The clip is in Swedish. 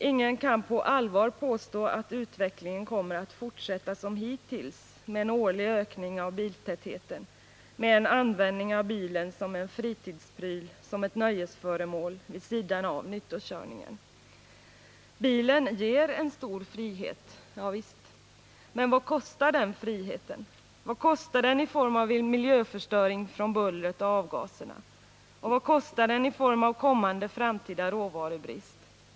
Ingen kan på allvar påstå att utvecklingen kommer att fortsätta som hittills, med en årlig ökning av biltätheten, med en användning av bilen som en fritidsbil, som ett nöjesföremål, vid sidan av nyttokörningen. Bilen ger en stor frihet, ja visst. Men vad kostar den friheten? Vad kostar den i form av miljöförstöring genom bullret och avgaserna? Vad kostar den i form av kommande framtida råvarubrist?